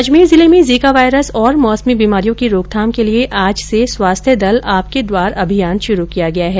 अजमेर जिले में Zika virus और मौसमी बीमारियों की रोकथाम के लिये आज से स्वास्थ्य दल आपके द्वार अभियान शुरू किया गया है